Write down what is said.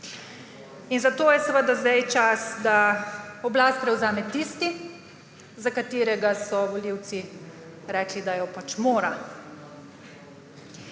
zato je seveda zdaj čas, da oblast prevzame tisti, za katerega so volivci rekli, da jo pač mora.